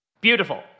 Beautiful